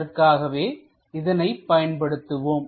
அதற்காகவே இதனை பயன்படுத்துவோம்